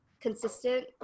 consistent